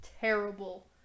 terrible